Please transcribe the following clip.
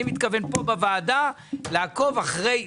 ברגע שזה יאושר אני מתכוון פה בוועדה לעקוב אחרי זה,